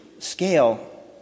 scale